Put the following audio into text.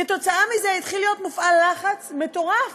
כתוצאה מזה התחיל להיות מופעל לחץ מטורף